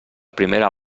primera